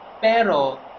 Pero